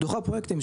דוחה פרויקטים.